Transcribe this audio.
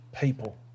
people